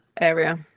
area